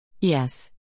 Yes